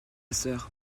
sœur